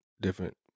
Different